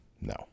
no